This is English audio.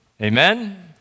Amen